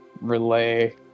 relay